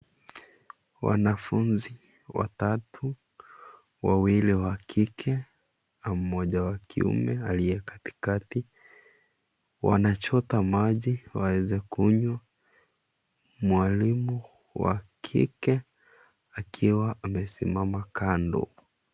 Wanafunzi watatu, wawili wa kike na mmoja wa kiume aliye katikati wanachota maji ili waweze kunywa. Mwalimu wa kike akiwa amesimama kando.